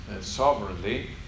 sovereignly